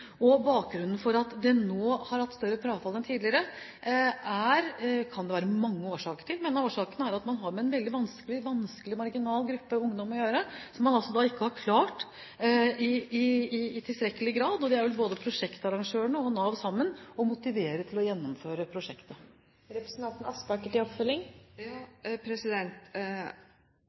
at en nå har hatt større frafall enn tidligere, kan være mange, men en av årsakene er at man har med en veldig vanskelig, marginal, gruppe ungdom å gjøre, som man ikke i tilstrekkelig grad – det gjelder vel både prosjektarrangørene og Nav – har klart å motivere til å gjennomføre prosjektet.